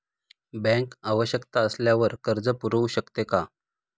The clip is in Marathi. बँक आवश्यकता असल्यावर कर्ज पुरवू शकते का?